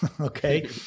okay